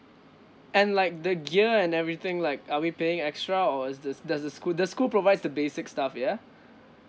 and like the gear and everything like are we paying extra or is this does the school the school provides the basic stuff yeah